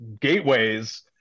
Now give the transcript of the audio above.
gateways